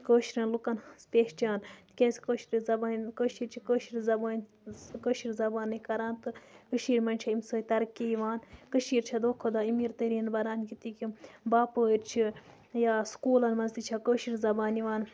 کٲشرٮ۪ن لُکَن ہٕنٛز پہچان تِکیٛازِ کٲشرِ زَبانہِ کٲشِرۍ چھِ کٲشِرِ زَبٲنۍ کٲشِر زَبانے کَران تہٕ کٔشیٖر منٛز چھِ اَیٚمہِ سۭتۍ ترقی یِوان کٔشیٖر چھےٚ دۄہ کھۄتہٕ دۄہ أمیٖر تٔریٖن بَنان ییٚتِکۍ یِم باپٲرۍ چھِ یا سُکوٗلَن مَنٛز تہِ چھےٚ کٲشِر زَبان یِوان